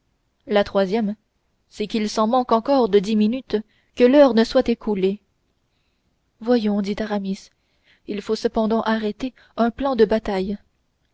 la troisième c'est qu'il s'en manque encore de dix minutes que l'heure ne soit écoulée voyons dit aramis il faut cependant arrêter un plan de bataille